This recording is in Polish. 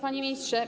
Panie Ministrze!